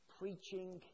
preaching